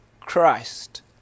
Christ